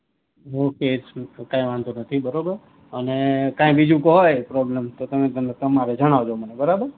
okay કાંઈ વાંધો નથી બરોબર અને કંઈ બીજું કંઈ હોય પ્રોબ્લેમ તો તમે તમારે જણાવજો મને બરોબર